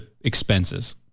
expenses